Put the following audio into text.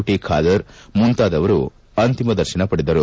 T Khader ಮುಂತಾದವರು ಅಂತಿಮ ದರ್ಶನ ಪಡೆದರು